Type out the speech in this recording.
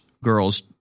girls